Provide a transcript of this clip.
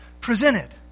presented